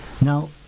Now